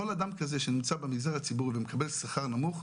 כל אדם כזה שנמצא במגזר הציבורי ומקבל שכר נמוך,